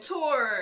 Tour